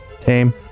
Tame